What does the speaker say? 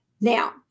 Now